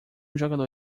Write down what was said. jogador